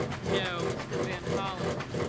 no. mr. van holland